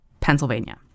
Pennsylvania